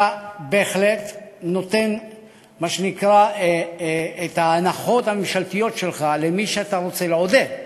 אתה בהחלט נותן את ההנחות הממשלתיות שלך למי שאתה רוצה לעודד.